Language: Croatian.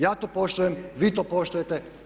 Ja to poštujem, vi to poštujete.